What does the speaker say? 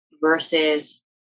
versus